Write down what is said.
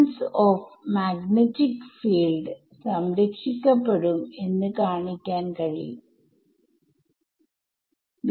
ഇടത് വശത്തു നിന്നും വലത് വശത്തു നിന്നും ക്യാൻസൽ ആയി പോവുന്ന ന്റെ ഏറ്റവും സൌകര്യപ്രദമായ പവർ ഏതാണ്